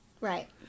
Right